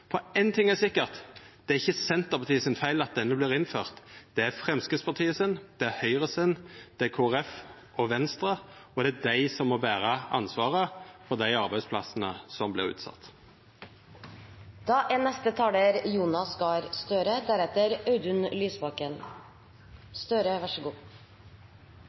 må ein sjå på om det var ein god idé med denne sjokolade- og sukkeravgifta. Ein ting er sikkert: Det er ikkje Senterpartiets feil at denne avgifta vert innført. Det er Framstegspartiet, Høgre, Kristeleg Folkeparti og Venstres ansvar, og det er dei som må bera ansvaret for dei arbeidsplassane som